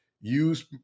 Use